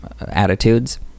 attitudes